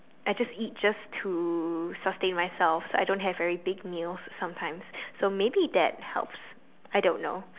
I just eat just to sustain myself I don't have very big meals sometimes so maybe that helps I don't know